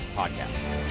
podcast